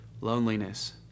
loneliness